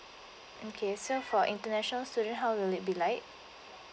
okay so for international student how will it be like